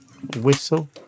whistle